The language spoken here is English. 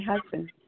husband